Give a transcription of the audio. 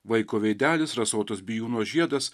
vaiko veidelis rasotas bijūno žiedas